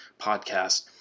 podcast